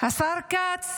השר כץ